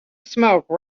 smoke